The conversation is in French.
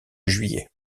juillet